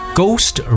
ghost